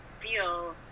feel